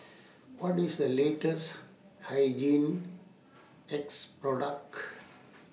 What IS The latest Hygin X Product